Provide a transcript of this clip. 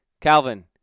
Calvin